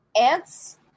Ants